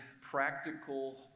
practical